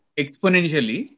exponentially